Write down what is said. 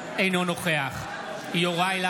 אני הייתי צריך לשאול אותך איזה הסכמים עשית עם יאיר לפיד.